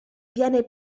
viene